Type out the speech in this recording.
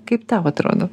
kaip tau atrodo